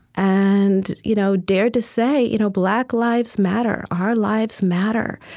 and you know dared to say you know black lives matter. our lives matter.